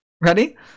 Ready